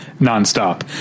nonstop